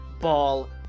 Ball